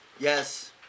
Yes